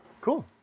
Cool